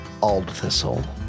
Aldthistle